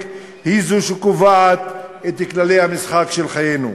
היא זאת שקובעת את כללי המשחק של חיינו.